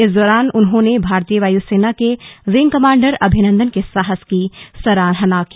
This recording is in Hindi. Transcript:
इस दौरान उन्होंने भारतीय वायुसेना के विंग कमांडर अभिनंदन के साहस की सराहना की